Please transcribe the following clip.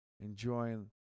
enjoying